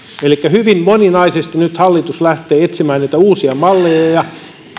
elikkä hyvin moninaisesti nyt hallitus lähtee etsimään niitä uusia malleja